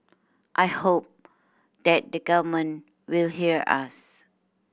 I hope that the government will hear us